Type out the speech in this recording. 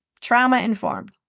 trauma-informed